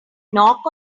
knock